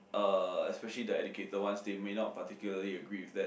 uh especially the educated ones they may not particularly agree with that